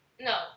No